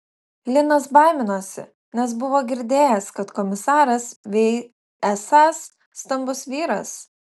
linas baiminosi nes buvo girdėjęs kad komisaras vei esąs stambus vyras